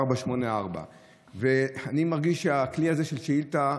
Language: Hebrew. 3484. אני מרגיש שהכלי הזה של שאילתה,